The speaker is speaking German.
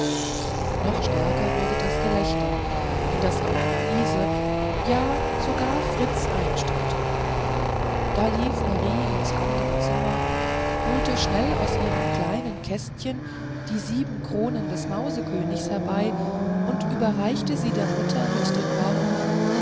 noch stärker wurde das gelächter in das auch luise ja sogar fritz einstimmte da lief marie ins andere zimmer holte schnell aus ihrem kleinen kästchen die sieben kronen des mausekönigs herbei und überreichte sie der mutter mit den worten